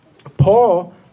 Paul